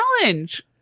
challenge